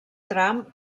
tram